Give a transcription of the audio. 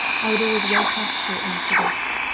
i would always wake up shortly after this,